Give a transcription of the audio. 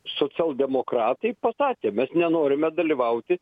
socialdemokratai pasakė bet nenorime dalyvauti